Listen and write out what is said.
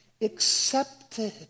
accepted